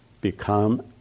become